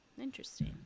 Interesting